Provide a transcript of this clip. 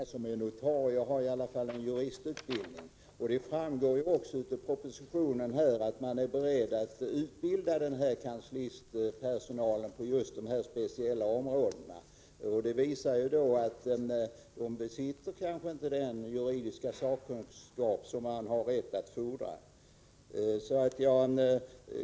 Herr talman! Jag tycker inte att det är riktigt att spela ut en grupp mot en annan, i detta fall kanslisterna mot notarierna, och så göra en haltande jämförelse över vad de är kompetenta till. En notarie har i alla fall juristutbildning. Det framgår också av propositionen att man är beredd att utbilda kanslistpersonalen på just de områden delegationen skulle avse. Det visar att denna personal kanske inte besitter den juridiska sakkunskap som man har rätt att fordra.